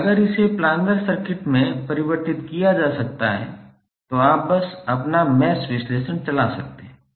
और अगर इसे प्लानर सर्किट में परिवर्तित किया जा सकता है तो आप बस अपना मैश विश्लेषण चला सकते हैं